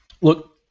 Look